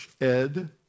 ed